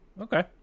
okay